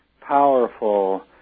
powerful